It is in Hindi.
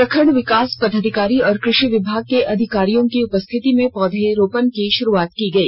प्रखंड विकास पदाधिकारी और कृषि विभाग के अधिकारियों की उपस्थिति में पौधरोपण की शुरूआत की गई